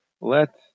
Let